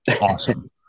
Awesome